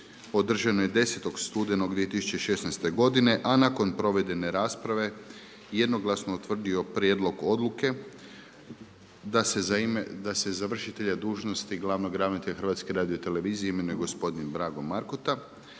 održanoj 10. studenog 2016. godine, a nakon provedene rasprave jednoglasno utvrdio prijedlog odluke da se za vršitelja dužnosti glavnog ravnatelja HRT-a imenuje gospodin Blago Markota,